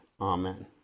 Amen